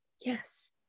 Yes